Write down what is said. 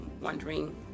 wondering